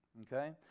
Okay